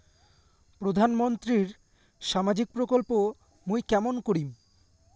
প্রধান মন্ত্রীর সামাজিক প্রকল্প মুই কেমন করিম?